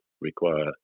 require